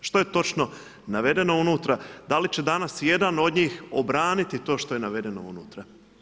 Što je točno navedeno unutra, da li će danas ijedan od njih obraniti to što je navedeno unutra?